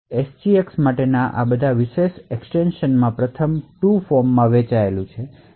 તેથી SGX માટેના આ વિશેષ એક્સ્ટેંશન 2 ફોર્મમાં વહેંચાયેલું છે